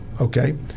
Okay